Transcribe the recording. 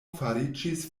fariĝis